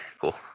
cool